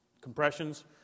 compressions